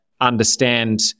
understand